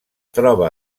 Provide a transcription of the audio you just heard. troba